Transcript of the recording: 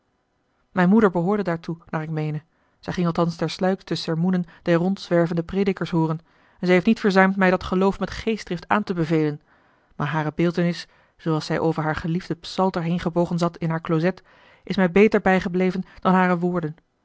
mijne moeder behoorde daartoe naar ik meene zij ging althans ter sluiks de sermoenen der rondzwervende predikers hooren en zij heeft niet verzuimd mij dat geloof met geestdrift aan te bevelen maar hare beeltenis zooals zij over haar geliefden psalter heengebogen zat in haar closet is mij beter bijgebleven dan hare woorden